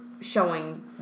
showing